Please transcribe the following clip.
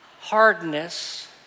hardness